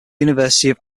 university